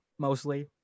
mostly